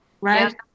right